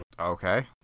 Okay